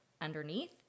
underneath